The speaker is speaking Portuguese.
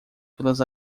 pelas